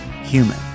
Human